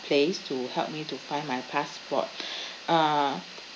place to help me to find my passport uh